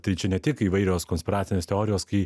tai čia ne tik įvairios konspiracinės teorijos kai